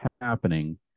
happening